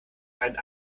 einen